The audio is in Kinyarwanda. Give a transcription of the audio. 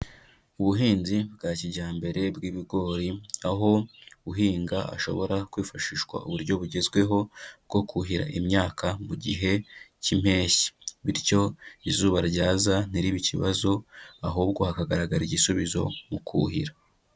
Ubuhinzi bwa kijyambere bw'ibigori, aho uhinga ashobora kwifashishwa uburyo bugezweho, bwo kuhira imyaka mu gihe, cy'impeshyi. Bityo izuba ryaza ntiribe ikibazo, ahubwo hakagaragara igisubizo mu kuhira.